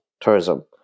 tourism